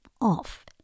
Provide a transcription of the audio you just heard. off